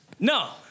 No